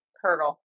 hurdle